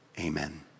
amen